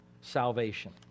salvation